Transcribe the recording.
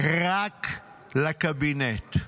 רק לקבינט.